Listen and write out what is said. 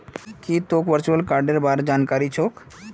की तोक वर्चुअल कार्डेर बार जानकारी छोक